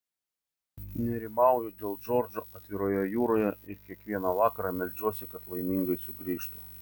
nerimauju dėl džordžo atviroje jūroje ir kiekvieną vakarą meldžiuosi kad laimingai sugrįžtų